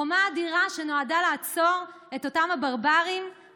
חומה אדירה שנועדה לעצור את אותם ברברים,